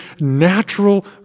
natural